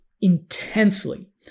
intensely